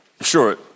sure